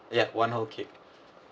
yeah one whole cake